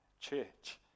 church